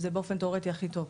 זה באופן תיאורטי הכי טוב.